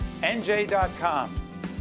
NJ.com